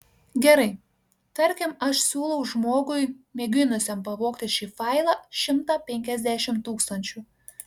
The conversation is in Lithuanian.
gerai tarkim aš siūlau žmogui mėginusiam pavogti šį failą šimtą penkiasdešimt tūkstančių